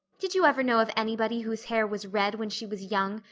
did you ever know of anybody whose hair was red when she was young,